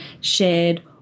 shared